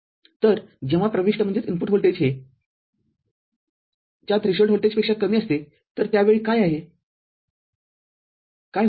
तरजेव्हा प्रविष्टव्होल्टेज हे थ्रीशोल्ड व्होल्टेजच्या पेक्षा कमी असते तर त्यावेळी काय होत आहे